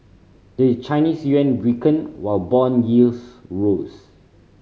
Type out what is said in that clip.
the Chinese yuan weakened while bond yields rose